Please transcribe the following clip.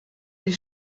die